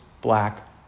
black